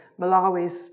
Malawi's